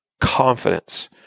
confidence